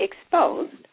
exposed